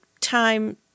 time